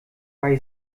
bei